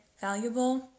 valuable